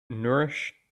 nourish